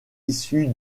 issu